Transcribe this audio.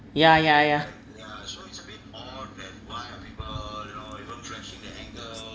ya ya ya